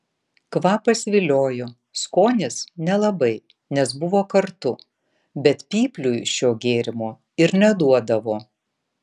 kvapas viliojo skonis nelabai nes buvo kartu bet pypliui šio gėrimo ir neduodavo